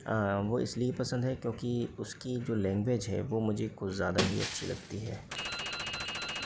वो इसलिए पसंद है क्योंकि उसकी जो लैंग्वेज है वो मुझे कुछ ज़्यादा ही अच्छी लगती है